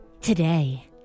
Today